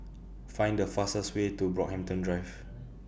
Find The fastest Way to Brockhampton Drive